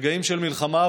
רגעים של מלחמה,